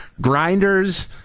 grinders